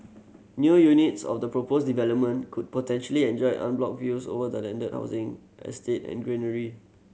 new units of the proposed development could potentially enjoy unblocked views over the landed housing estate and greenery